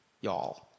y'all